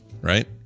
right